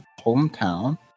hometown